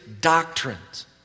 doctrines